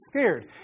scared